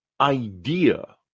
idea